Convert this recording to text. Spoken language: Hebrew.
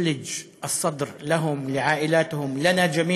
משמחת אותם, את משפחותיהם ואת כולנו.